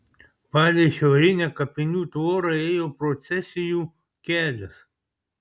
palei šiaurinę kapinių tvorą ėjo procesijų kelias